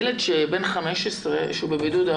ילד בן 15 שנמצא בבידוד,